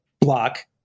block